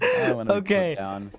okay